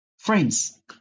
Friends